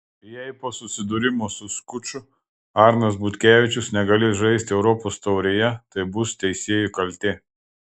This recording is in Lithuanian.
jei po susidūrimo su skuču arnas butkevičius negalės žaisti europos taurėje tai bus teisėjų kaltė